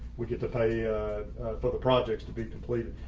we get to pay for the projects to be completed.